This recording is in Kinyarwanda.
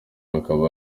hakaba